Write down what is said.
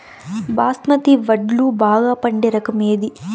బాస్మతి వడ్లు బాగా పండే రకం ఏది